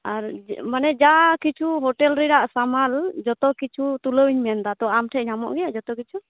ᱟᱨ ᱤᱭᱟᱹᱢᱟᱱᱮ ᱡᱟᱠᱤᱪᱷᱩ ᱦᱳᱴᱮᱞ ᱨᱮᱱᱟᱜ ᱥᱟᱢᱟᱱ ᱡᱚᱛᱚ ᱠᱤᱪᱷᱩ ᱛᱩᱞᱟᱹᱣᱤᱧ ᱢᱮᱱ ᱮᱫᱟ ᱛᱚ ᱟᱢᱴᱷᱮᱱ ᱧᱟᱢᱚᱜ ᱜᱮᱭᱟ ᱡᱚᱛᱚ ᱠᱤᱪᱷᱩ